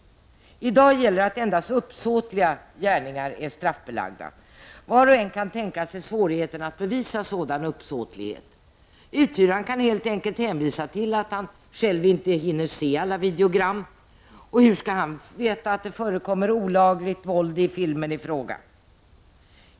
I dag gäller att endast uppsåtliga gärningar är straffbelagda. Var och en kan tänka sig svårigheterna i att bevisa sådan uppsåtlighet. Uthyraren kan helt enkelt hänvisa till att han själv inte hinner se alla videogram, och hur skall han veta att det förekommer olagligt våld i filmen i fråga?